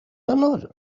another